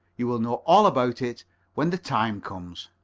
you will know all about it when the time comes.